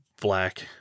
black